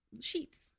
sheets